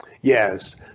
Yes